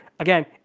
Again